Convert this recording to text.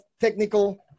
technical